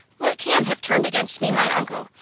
what can have turned against me my uncle,